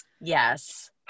Yes